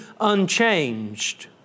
unchanged